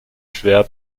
schwer